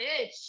bitch